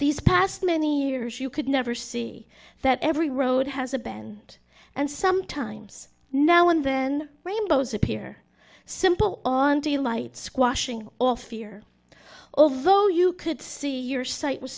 these past many years you could never see that every road has a bend and sometimes now and then rainbows appear simple on daylight squashing all fear although you could see your sight was